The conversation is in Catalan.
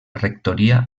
rectoria